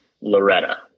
Loretta